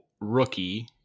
rookie